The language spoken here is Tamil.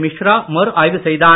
மிஸ்ரா மறுஆய்வு செய்தார்